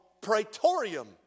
Praetorium